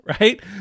right